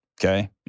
Okay